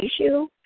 issue